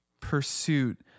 pursuit